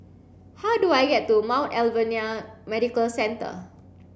how do I get to Mount Alvernia Medical Centre